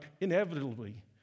inevitably